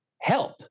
help